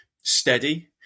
steady